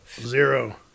Zero